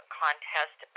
contest